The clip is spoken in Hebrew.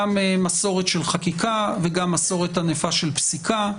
מסורת של חקיקה וגם מסורת ענפה של פסיקה.